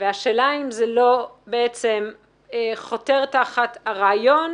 והשאלה אם זה לא חותר תחת הרעיון